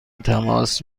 تماس